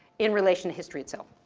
in relation to history itself.